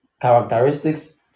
characteristics